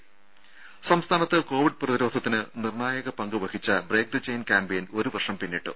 രും സംസ്ഥാനത്ത് കോവിഡ് പ്രതിരോധത്തിന് നിർണായക പങ്ക് വഹിച്ച ബ്രേക്ക് ദ ചെയിൻ ക്യാമ്പയിൻ ഒരു വർഷം പിന്നിട്ടു